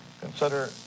consider